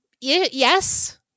Yes